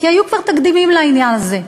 כי היו כבר תקדימים לעניין הזה,